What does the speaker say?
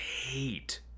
hate